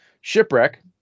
Shipwreck